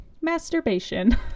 masturbation